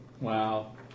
Wow